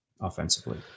offensively